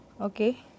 Okay